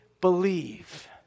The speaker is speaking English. believe